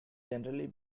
generally